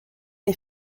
les